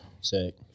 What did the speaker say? Sick